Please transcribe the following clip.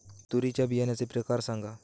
तूरीच्या बियाण्याचे प्रकार सांगा